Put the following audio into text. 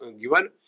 given